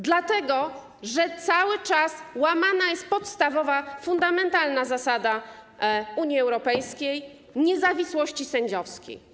Dlatego że cały czas łamana jest podstawowa, fundamentalna zasada Unii Europejskiej, zasada niezawisłości sędziowskiej.